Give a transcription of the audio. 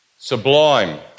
sublime